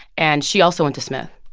and she also went to smith.